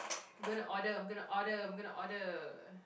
going order I'm going order I'm going order